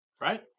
right